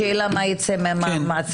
השאלה מה ייצא מהמעצרים,